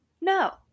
No